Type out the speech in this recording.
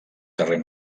carrer